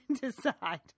decide